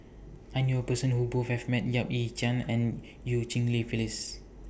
I knew A Person Who Both has Met Yap Ee Chian and EU Cheng Li Phyllis